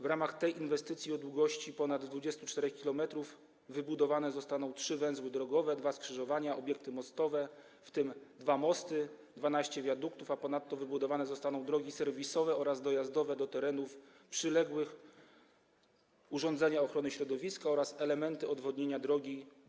W ramach tej inwestycji o długości ponad 24 km wybudowane zostaną trzy węzły drogowe, dwa skrzyżowania, obiekty mostowe, w tym dwa mosty, 12 wiaduktów, a ponadto drogi serwisowe oraz dojazdowe do terenów przyległych, urządzenia ochrony środowiska oraz elementy odwodnienia drogi.